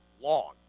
long